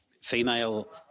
female